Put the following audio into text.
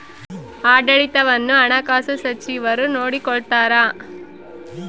ಆಡಳಿತವನ್ನು ಹಣಕಾಸು ಸಚಿವರು ನೋಡಿಕೊಳ್ತಾರ